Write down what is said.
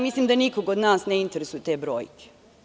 Mislim da nikoga od nas ne interesuju te brojke.